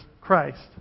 Christ